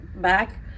back